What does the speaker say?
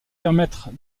permettre